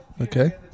Okay